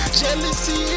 jealousy